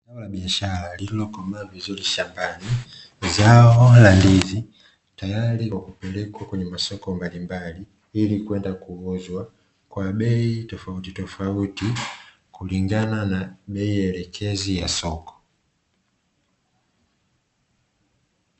Zao la biashara lililokomaa vizuri shambani zao la ndizi, tayari kupelekwa kwenye masoko mbalimbali kwenda kuuzwa kwa bei tofautitofauti, kulingana na bei elekezi ya soko